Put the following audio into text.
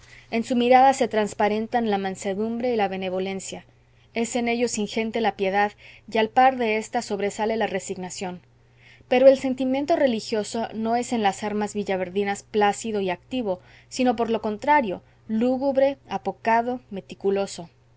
en su mirada se transparentan la mansedumbre y la benevolencia es en ellos ingente la piedad y al par de ésta sobresale la resignación pero el sentimiento religioso no es en las almas villaverdinas plácido y activo sino por lo contrario lúgubre apocado meticuloso